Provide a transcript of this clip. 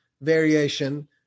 variation